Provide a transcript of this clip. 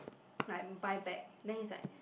like buy back then he's like